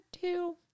two